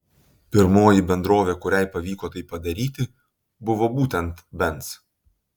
pirmoji bendrovė kuriai pavyko tai padaryti buvo būtent benz